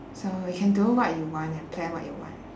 so we can do what you want and plan what you want